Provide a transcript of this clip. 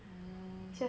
mm